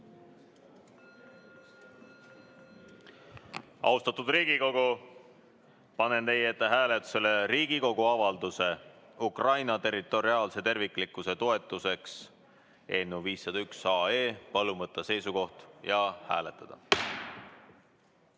Austatud Riigikogu, panen hääletusele Riigikogu avalduse "Ukraina territoriaalse terviklikkuse toetuseks" eelnõu 501. Palun võtta seisukoht ja hääletada!